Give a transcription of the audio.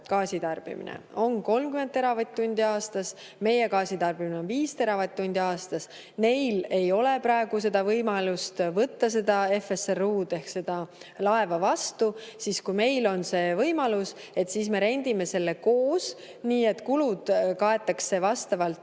gaasitarbimine on 30 teravatt-tundi aastas ja meie gaasitarbimine on 5 teravatt-tundi aastas, neil ei ole praegu seda võimalust võtta FSRU‑d ehk seda laeva vastu. Kui meil on see võimalus, siis me rendime selle koos, nii et kulud kaetakse vastavalt